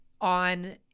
on